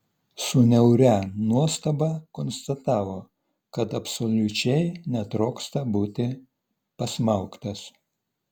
su niauria nuostaba konstatavo kad absoliučiai netrokšta būti pasmaugtas